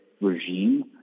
regime